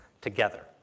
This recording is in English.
together